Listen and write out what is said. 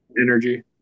energy